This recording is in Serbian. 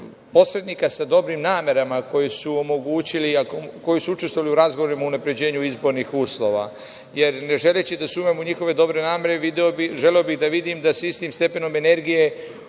posrednika sa dobrim namerama koji su učestvovali u razgovorima o unapređenju izbornih uslova. Jer, ne želeći da sumnjam u njihove dobre namere, želeo bih da vidim da se istim stepenom energije